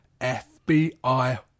FBI